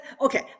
Okay